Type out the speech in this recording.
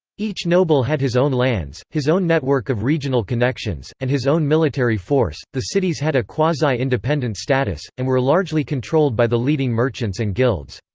each noble had his own lands, his own network of regional connections, and his own military force the cities had a quasi-independent status, and were largely controlled by the leading merchants and guilds.